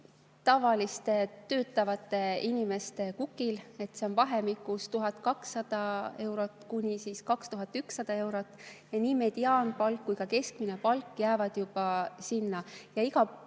tavaliste töötavate inimeste kukil, see on vahemikus 1200 eurot kuni 2100 eurot. Nii mediaanpalk kui ka keskmine palk jäävad juba sinna vahemikku.